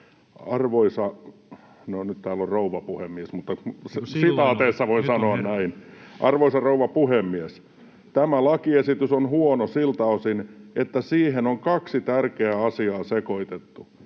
”Arvoisa rouva puhemies! Tämä lakiesitys on huono siltä osin, että siihen on kaksi tärkeää asiaa sekoitettu: